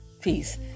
peace